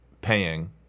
paying